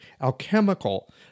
alchemical